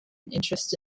interest